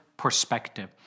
Perspective